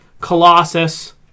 Colossus